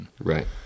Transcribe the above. right